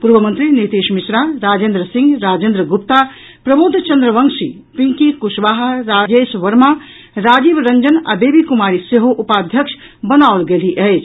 पूर्व मंत्री नीतीश मिश्रा राजेन्द्र सिंह राजेन्द्र गुप्ता प्रमोद चंद्रवंशी पिंकी कुशवाहा राजेश वर्मा राजीव रंजन आ बेबी कुमारी सेहो उपाध्यक्ष बनाओल गेलीह अछि